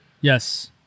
Yes